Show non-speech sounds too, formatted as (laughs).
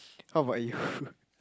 how about (laughs) you